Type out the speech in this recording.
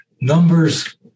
numbers